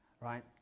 right